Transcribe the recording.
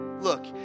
look